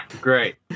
Great